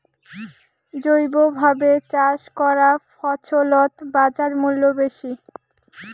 জৈবভাবে চাষ করা ফছলত বাজারমূল্য বেশি